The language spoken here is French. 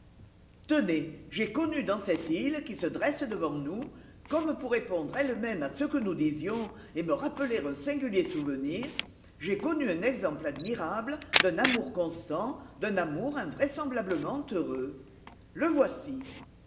tenez j'ai connu dans cette île qui se dresse devant nous comme pour répondre elle-même à ce que nous disions et me rappeler un singulier souvenir j'ai connu un exemple admirable d'un amour constant d'un amour invraisemblablement heureux le voici